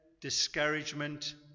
discouragement